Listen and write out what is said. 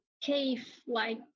cave-like